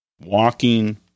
walking